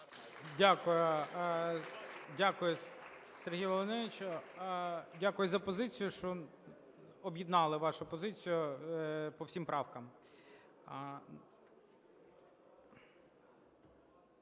Дякую. Дякую, Сергію Володимировичу. Дякую за позицію, що об'єднали вашу позицію по всім правкам.